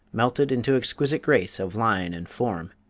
melted into exquisite grace of line and form.